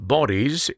Bodies